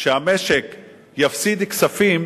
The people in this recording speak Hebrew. שהמשק יפסיד כספים,